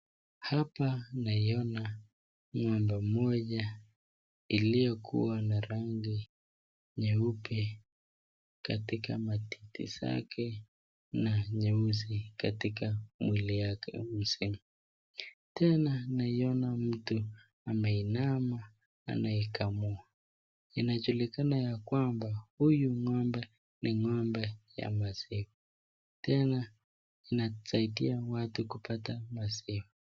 Hapa naiona ng'ombe moja iliyokuwa na rangi nyeupe katika matiti zake na nyeusi katika mwili yake mzima, tena naiona mtu ameinama anaikamua. Inajulikana ya kwamba huyu ng'ombe ni ng'ombe ya maziwa tena inasaidia watu kupata maziwa.